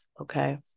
okay